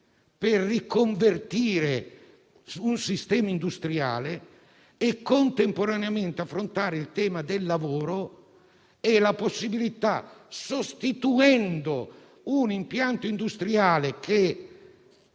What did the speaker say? per riconvertire un sistema industriale e contemporaneamente affrontare il tema del lavoro e la possibilità di sostituire un impianto industriale